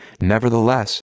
Nevertheless